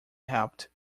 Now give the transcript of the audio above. helped